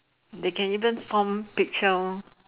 they can even form picture